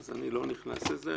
אז אני לא נכנס לזה.